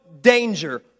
danger